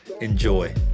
Enjoy